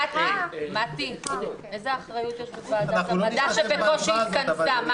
מטי, איזה אחריות יש בוועדת המדע שבקושי התכנסה?